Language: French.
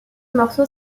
morceau